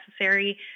necessary